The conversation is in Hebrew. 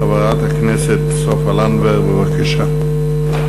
חברת הכנסת סופה לנדבר, בבקשה.